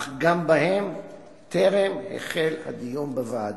אך גם בהן טרם החל הדיון בוועדה.